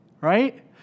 right